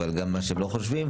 אבל גם מה שהם לא חושבים,